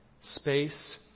space